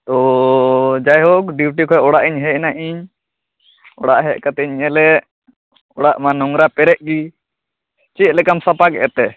ᱚᱸᱻ ᱡᱟᱭᱦᱳᱠ ᱰᱤᱣᱴᱤ ᱠᱷᱚᱡ ᱚᱲᱟᱜ ᱤᱧ ᱦᱮᱡ ᱮᱱᱟ ᱤᱧ ᱚᱲᱟᱜ ᱦᱮᱡ ᱠᱟᱛᱮ ᱤᱧ ᱧᱮᱞᱮᱫ ᱚᱲᱟᱜ ᱢᱟ ᱱᱚᱝᱨᱟ ᱯᱮᱨᱮᱡ ᱜᱮ ᱪᱮᱫ ᱞᱮᱠᱟᱢ ᱥᱟᱯᱟ ᱠᱮᱫ ᱛᱮ